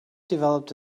developed